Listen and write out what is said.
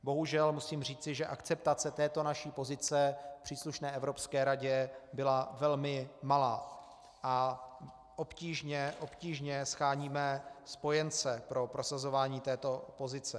Bohužel musím říci, že akceptace této naší pozice v příslušné Evropské radě byla velmi malá a obtížně sháníme spojence pro prosazování této pozice.